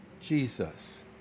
Jesus